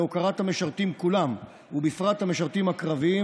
להוקרת המשרתים כולם ובפרט המשרתים הקרביים